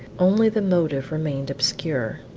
only the motive remained obscure.